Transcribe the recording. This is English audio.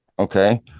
Okay